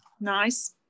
Nice